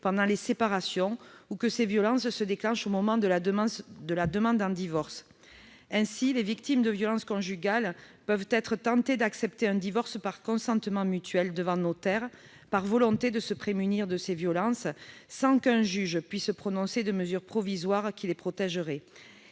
pendant les séparations ou que ces violences se déclenchent au moment de la demande d'un divorce. Ainsi, les victimes de violences conjugales peuvent être tentées d'accepter un divorce par consentement mutuel devant notaire par volonté de se prémunir contre ces violences, sans qu'un juge puisse prononcer des mesures provisoires qui les protégeraient.